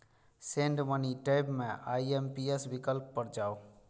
send money tab मे IMPS विकल्प पर जाउ